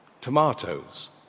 tomatoes